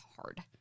hard